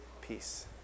peace